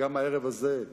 גם הערב הזה,